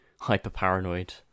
hyper-paranoid